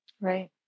Right